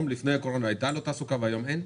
לפני הקורונה הייתה לו תעסוקה והיום אין?